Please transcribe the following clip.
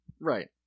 Right